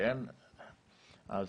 אז